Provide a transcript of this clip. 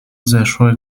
zeszłe